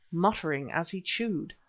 muttering as he chewed.